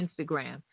Instagram